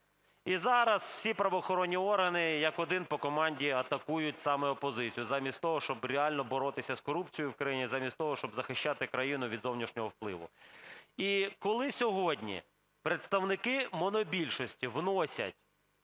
І зараз всі правоохоронні органи як один по команді атакують саме опозицію замість того, щоб реально боротися з корупцією в країні і замість того, щоб захищати країну від зовнішнього впливу. І коли сьогодні представники монобільшості вносять